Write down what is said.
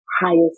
highest